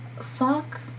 fuck